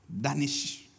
Danish